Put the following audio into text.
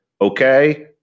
okay